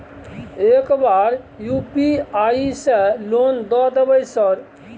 एक बार यु.पी.आई से लोन द देवे सर?